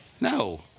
No